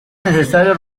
necesario